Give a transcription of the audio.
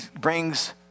brings